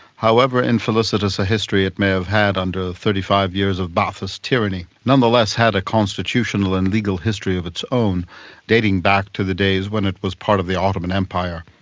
however infelicitous a history in may have had under thirty five years of ba'athist tyranny, nonetheless had a constitutional and legal history of its own dating back to the days when it was part of the ottoman empire.